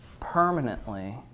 permanently